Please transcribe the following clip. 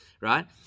right